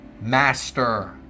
master